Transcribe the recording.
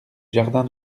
jardin